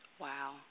Wow